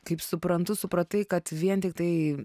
kaip suprantu supratai kad vien tiktai